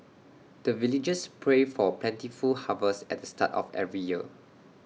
the villagers pray for plentiful harvest at the start of every year